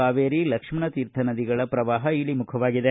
ಕಾವೇರಿ ಲಕ್ಷ್ಮಣತೀರ್ಥ ನದಿಗಳ ಪ್ರವಾಹ ಇಳಿಮುಖವಾಗಿದೆ